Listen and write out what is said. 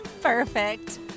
Perfect